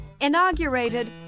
inaugurated